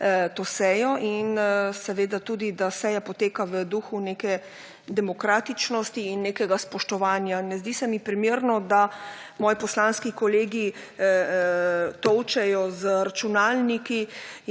to sejo in seveda tudi, da seja poteka v duhu neke demokratičnosti in nekega spoštovanja. Ne zdi se mi primerno, da moji poslanski kolegi tolčejo z računalniki